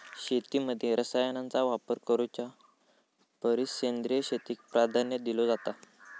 शेतीमध्ये रसायनांचा वापर करुच्या परिस सेंद्रिय शेतीक प्राधान्य दिलो जाता